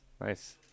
nice